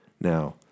Now